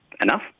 enough